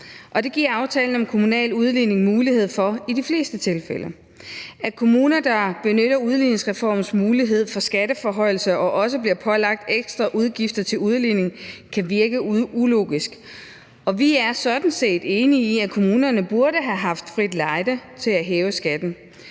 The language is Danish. det giver aftalen om kommunal udligning mulighed for i de fleste tilfælde. At kommuner, der benytter udligningsreformens mulighed for skatteforhøjelse, også bliver pålagt ekstra udgifter til udligningen, kan virke ulogisk. Og vi er sådan set enige i, at kommunerne burde have haft frit lejde til at hæve skatten.